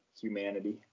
humanity